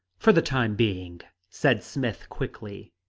for the time being, said smith quickly,